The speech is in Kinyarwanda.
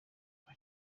kuva